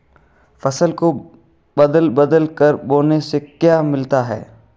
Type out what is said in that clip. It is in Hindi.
फसल को बदल बदल कर बोने से क्या लाभ मिलता है?